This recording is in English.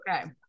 Okay